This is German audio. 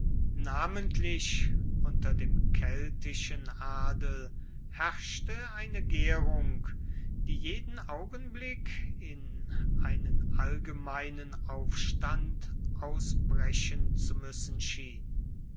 namentlich unter dem keltischen adel herrschte eine gärung die jeden augenblick in einen allgemeinen aufstand ausbrechen zu müssen schien